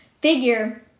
figure